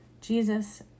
Jesus